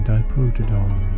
Diprotodon